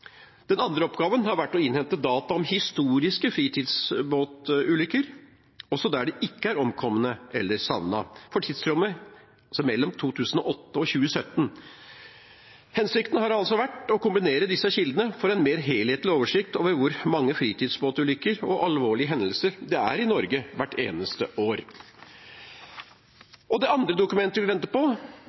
Den andre oppgaven har vært å innhente data om historiske fritidsbåtulykker i tidsrommet mellom 2008 og 2017 – også der det ikke er omkomne eller savnede. Hensikten har altså vært å kombinere disse kildene for en mer helhetlig oversikt over hvor mange fritidsbåtulykker og alvorlige hendelser det er i Norge hvert eneste år. Det andre dokumentet vi venter på,